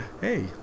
Hey